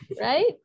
Right